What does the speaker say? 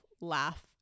laugh